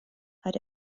hat